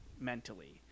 mentally